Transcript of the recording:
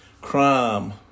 crime